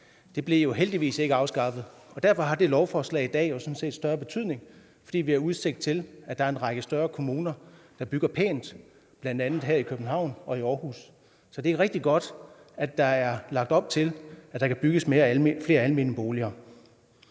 boliger, jo heldigvis blev afskaffet. Derfor har lovforslaget i dag jo sådan set større betydning, fordi vi har udsigt til, at der er en række større kommuner, der bygger pænt, bl.a. her i København og i Aarhus. Så det er rigtig godt, at der er lagt op til, at der kan bygges flere almene boliger.